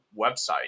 website